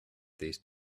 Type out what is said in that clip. these